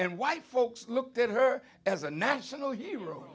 and white folks looked at her as a national hero